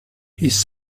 his